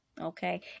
okay